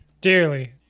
dearly